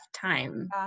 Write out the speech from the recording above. time